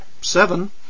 Seven